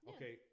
Okay